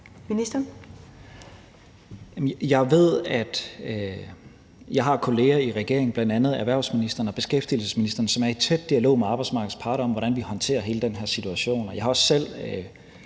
Tesfaye): Jeg ved, at jeg har kolleger i regeringen, bl.a. erhvervsministeren og beskæftigelsesministeren, som er i tæt dialog med arbejdsmarkedets parter om, hvordan vi håndterer hele den her situation, og jeg har også selv